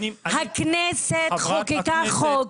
חברת הכנסת --- הכנסת חוקקה חוק,